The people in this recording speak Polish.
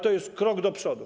To jest krok do przodu.